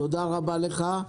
תודה לך.